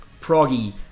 proggy